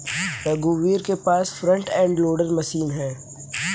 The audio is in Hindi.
रघुवीर के पास फ्रंट एंड लोडर मशीन है